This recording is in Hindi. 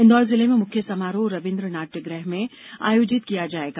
इंदौर जिले में मुख्य समारोह रविन्द्र नाट्यगृह में आयोजित किया जाएगा